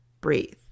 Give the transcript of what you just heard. breathe